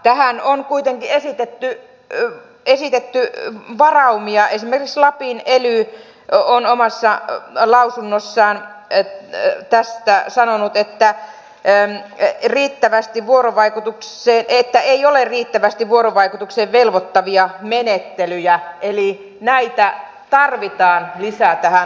tähän on kuitenkin esitetty varaumia esimerkiksi lapin ely on omassa lausunnossaan tästä sanonut että te ette riittävästi vuorovaikutukseen että ei ole riittävästi vuorovaikutukseen velvoittavia menettelyjä eli näitä tarvitaan lisää tähän lainsäädäntöön